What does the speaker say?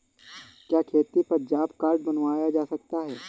क्या खेती पर जॉब कार्ड बनवाया जा सकता है?